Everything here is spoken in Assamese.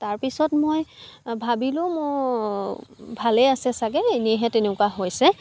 তাৰ পিছত মই ভাবিলোঁ মোৰ ভালেই আছে চাগে এনেইহে তেনেকুৱা হৈছে